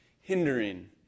hindering